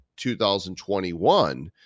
2021